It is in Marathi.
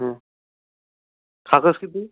हं खाकस किती